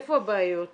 איפה הבעיות בעצם?